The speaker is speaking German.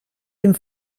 dem